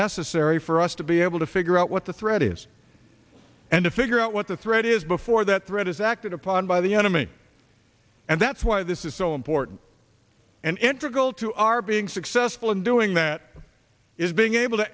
necessary for us to be able to figure out what the threat is and to figure out what the threat is before that threat is acted upon by the enemy and that's why this is so important and interesting all to our being successful in doing that is being able to